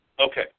Okay